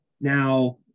Now